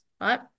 right